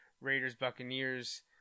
Raiders-Buccaneers